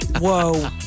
Whoa